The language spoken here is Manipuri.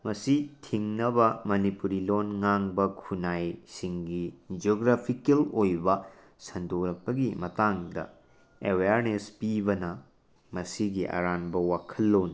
ꯃꯁꯤ ꯊꯤꯡꯅꯕ ꯃꯅꯤꯄꯨꯔꯤ ꯂꯣꯟ ꯉꯥꯡꯕ ꯈꯨꯟꯅꯥꯏꯁꯤꯡꯒꯤ ꯖꯣꯒ꯭ꯔꯥꯐꯤꯀꯦꯜ ꯑꯣꯏꯕ ꯁꯟꯗꯣꯔꯛꯄꯒꯤ ꯃꯇꯥꯡꯗ ꯑꯋꯦꯔꯅꯦꯁ ꯄꯤꯕꯅ ꯃꯁꯤꯒꯤ ꯑꯔꯥꯟꯕ ꯋꯥꯈꯜꯂꯣꯟ